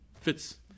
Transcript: fits